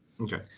Okay